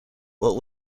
what